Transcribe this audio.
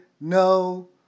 no